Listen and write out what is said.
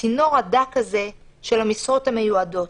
לצינור הדק הזה של המשרות המיועדות.